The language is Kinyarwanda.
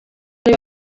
hari